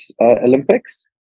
olympics